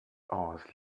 aus